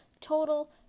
total